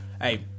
hey